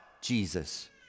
Jesus